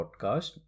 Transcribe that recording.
podcast